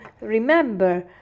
remember